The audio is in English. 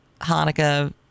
Hanukkah